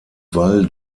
val